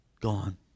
gone